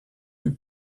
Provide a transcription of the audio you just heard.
eut